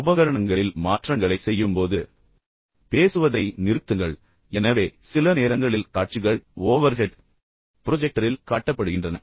உபகரணங்களில் மாற்றங்களைச் செய்யும்போது பேசுவதை நிறுத்துங்கள் எனவே சில நேரங்களில் காட்சிகள் ஓவர்ஹெட் ப்ரொஜெக்டரில் காட்டப்படுகின்றன